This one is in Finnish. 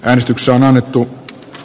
äänestyksen alettu